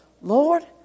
Lord